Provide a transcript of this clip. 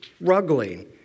struggling